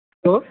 hello